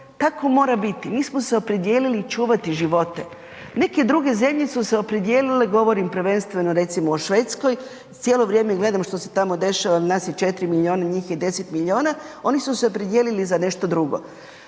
tako mora biti, mi smo se opredijelili čuvati živote. Neke druge zemlje su se opredijelile, govorim prvenstveno recimo o Švedskoj, cijelo vrijeme gledam što se tamo dešava naš je 4 milijuna, njih je 10 milijuna oni su se opredijelili za nešto drugo.